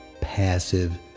passive